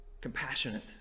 compassionate